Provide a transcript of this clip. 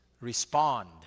respond